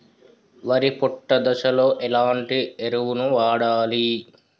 వరి పొట్ట దశలో ఎలాంటి ఎరువును వాడాలి?